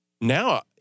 now